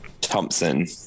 Thompson